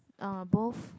uh both